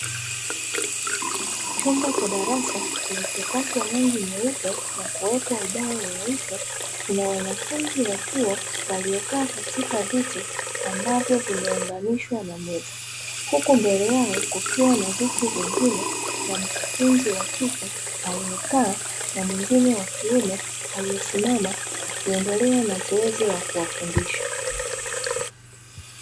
Chumbani cha darasa kilichopakwa rangi nyeupe na kuweka ubao mweupe, kina wanafunzi wa chuo waliokaa katika viti, ambavyo vimeunganishwa na meza. Huku mbele yao kukiwa na viti vingine, na mkufunzi wa kike aliyekaa na mwingine wa kiume aliyesimama, akiendelea na zoezi la kuwafundisha.